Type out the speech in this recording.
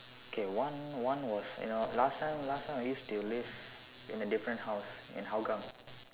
K one one was you know last time last time I used to live in a different house in Hougang